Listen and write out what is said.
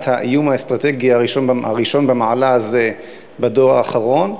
האיום האסטרטגי הראשון במעלה הזה בדור האחרון,